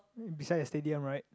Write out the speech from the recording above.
beside the stadium right